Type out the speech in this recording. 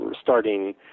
starting